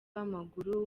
w’amaguru